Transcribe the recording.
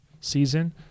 season